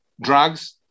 drugs